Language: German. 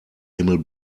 himmel